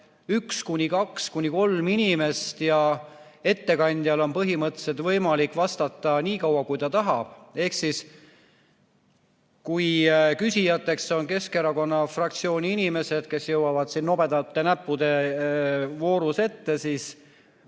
üks, kaks või kolm inimest ja ettekandjal on põhimõtteliselt võimalik vastata nii kaua, kui ta tahab. Ehk kui küsijateks on Keskerakonna fraktsiooni inimesed, kes jõuavad nobedate näppude voorus ette, siis